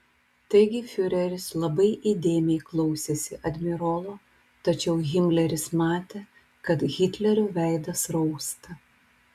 taigi fiureris labai įdėmiai klausėsi admirolo tačiau himleris matė kad hitlerio veidas rausta